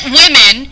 women